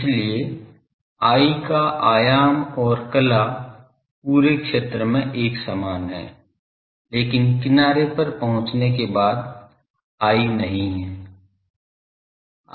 इसलिए I का आयाम और कला पूरे क्षेत्र में एक समान है लेकिन किनारे पर पहुंचने के बाद I नहीं है